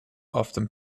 often